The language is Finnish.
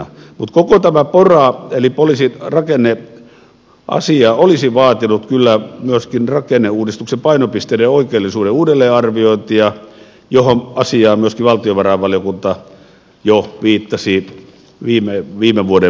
mutta koko tämä pora eli poliisin rakenneasia olisi vaatinut kyllä myöskin rakenneuudistuksen painopisteiden oikeellisuuden uudelleenarviointia mihin myöskin valtiovarainvaliokunta viittasi jo viime vuoden budjettimietinnössään